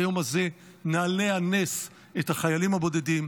ביום הזה נעלה על נס את החיילים הבודדים,